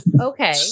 Okay